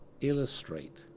illustrate